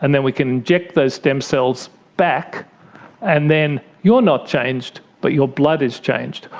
and then we can inject those stem cells back and then you are not changed but your blood is changed.